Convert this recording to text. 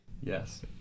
Yes